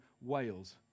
Wales